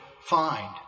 find